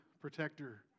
Protector